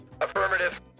Affirmative